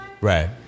Right